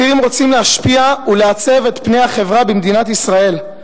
הצעירים רוצים להשפיע ולעצב את פני החברה במדינת ישראל.